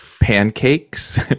pancakes